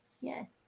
Yes